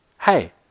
Hey